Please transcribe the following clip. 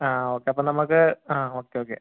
ആ ഓക്കെ അപ്പം നമുക്ക് ആ ഓക്കെ ഓക്കെ